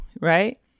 right